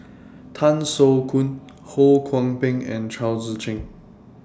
Tan Soo Khoon Ho Kwon Ping and Chao Tzee Cheng